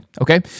Okay